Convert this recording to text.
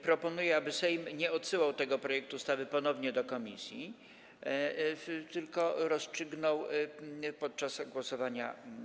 Proponuję, aby Sejm nie odsyłał tego projektu ustawy ponownie do komisji, tylko rozstrzygnął ten wniosek podczas głosowania.